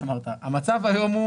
המצב היום הוא